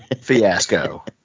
fiasco